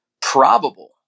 probable